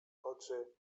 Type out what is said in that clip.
oczy